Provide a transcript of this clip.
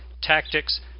tactics